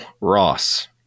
Ross